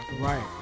Right